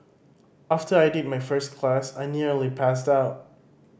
after I did my first class I nearly passed out